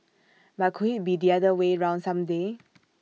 but could IT be the other way round some day